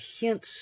hints